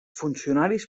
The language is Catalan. funcionaris